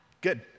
Good